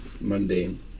Mundane